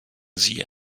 sie